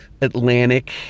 Atlantic